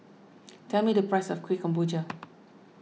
tell me the price of Kueh Kemboja